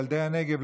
ילדי הנגב,